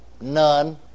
None